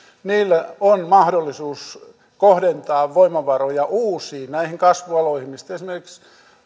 niillä on mahdollisuus kohdentaa voimavaroja näihin uusiin kasvualoihin mistä esimerkiksi